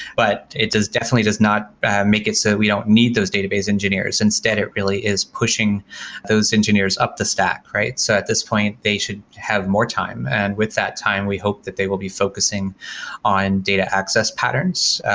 but it definitely does not make it so we don't need those database engineers. instead, it really is pushing those engineers up to stack, right? so at this point they should have more time, and with that time we hope that they will be focusing on data access patterns,